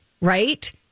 right